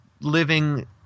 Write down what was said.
living